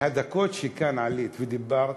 והדקות שכאן עלית ודיברת,